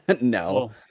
No